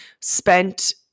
spent